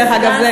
דרך אגב,